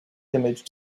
image